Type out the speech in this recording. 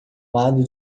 lado